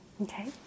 Okay